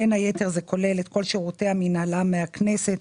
בין היתר כולל את כל שירותי המינהלה מהכנסת,